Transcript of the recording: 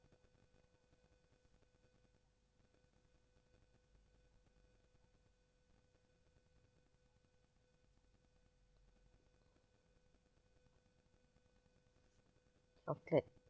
chocolate